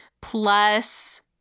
plus